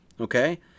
okay